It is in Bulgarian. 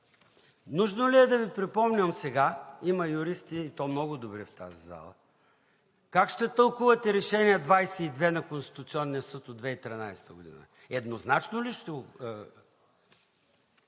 Нужно ли е да Ви припомням сега, има юристи, и то много добри, в тази зала, как ще тълкувате Решение № 22 на Конституционния съд от 2013 г.? Еднозначно ли ще го